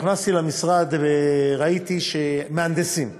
נכנסתי למשרד וראיתי: מהנדסים.